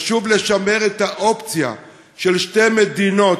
חשוב לשמר את האופציה של שתי מדינות,